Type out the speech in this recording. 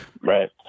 right